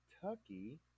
kentucky